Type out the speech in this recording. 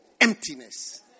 emptiness